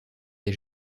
des